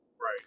Right